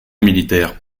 militaires